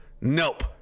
Nope